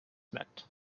meant